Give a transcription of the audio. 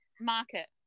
Market